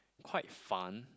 quite fun